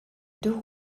deux